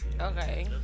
Okay